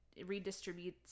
redistributes